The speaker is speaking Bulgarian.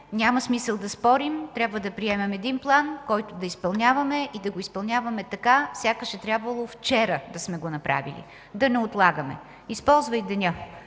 няма смисъл да спорим. Трябва да приемем един план, който да изпълняваме и да го изпълняваме така, сякаш е трябвало вчера да сме го направили. Да не отлагаме. Използвай деня!